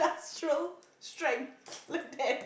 industrial strength like that